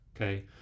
okay